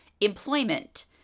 employment